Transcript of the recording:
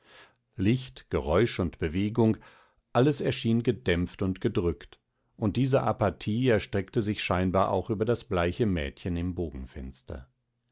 licht geräusch und bewegung alles erschien gedämpft und gedrückt und diese apathie erstreckte sich scheinbar auch über das bleiche mädchen im